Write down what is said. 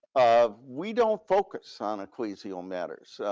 um we don't focus on ecclesial matters.